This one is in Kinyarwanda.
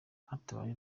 hatabaye